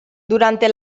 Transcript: durante